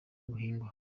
buhingwa